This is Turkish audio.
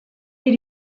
bir